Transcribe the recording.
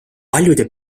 paljude